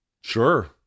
Sure